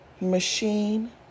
machine